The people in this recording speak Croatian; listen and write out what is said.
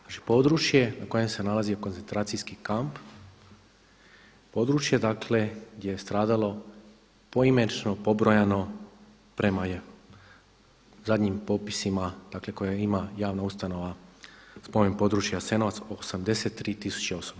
Znači područje na kojem se nalazio koncentracijski kamp, područje gdje je stradalo poimenično pobrojano prema zadnjim popisima koje ima javna ustanova Spomen područja Jasenovac, 83 tisuće osoba.